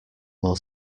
more